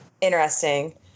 interesting